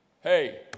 Hey